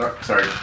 Sorry